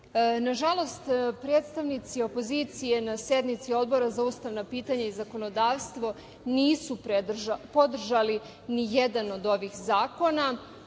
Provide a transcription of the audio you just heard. predstavnici opozicije na sednici Odbora za ustavna pitanja i zakonodavstvo nisu podržali nijedan od ovih zakona.